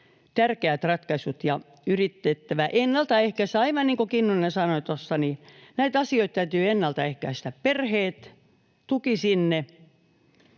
tärkeät ratkaisut ja yritettävä ennaltaehkäistä. Aivan niin kuin Kinnunen sanoi tuossa, näitä asioita täytyy ennaltaehkäistä. Perheet, tuki sinne